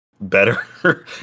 better